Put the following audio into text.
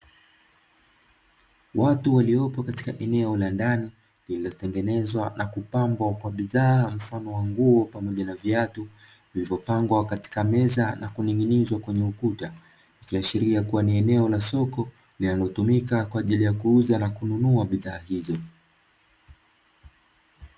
Watu waliopo katika eneo la ndani lililotengenezwa na kupambwa kwa bidhaa mfano wa nguo pamoja na viatu, vilivyopangwa katika meza na kuning'inizwa kwenye ukuta. Ikiashiria kuwa ni eneo la soko linalotumika kwa ajili ya kuuza na kununua bidhaa hizo.